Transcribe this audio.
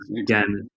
Again